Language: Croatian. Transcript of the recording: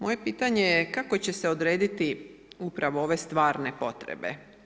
Moje pitanje je kako će se odrediti upravo ove stvarne potrebe.